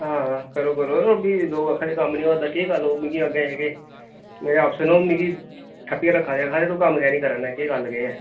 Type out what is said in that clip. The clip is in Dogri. हां करो करो जरो भी लोक आक्खै दे कम्म निं होआ दा केह् गल्ल होग मिगी अग्गें जेह्के मेरे अफसर न ओह् मिगी ठप्पियै रक्खै दे आक्खै दे तू कम्म की निं करा ना ऐं केह् गल्ल केह् ऐ